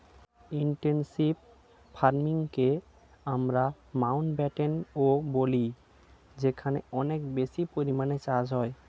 intensive ফার্মিংকে আমরা মাউন্টব্যাটেনও বলি যেখানে অনেক বেশি পরিমাণে চাষ হয়